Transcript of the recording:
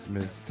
Miss